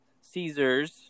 Caesars